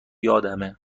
یادمه